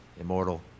immortal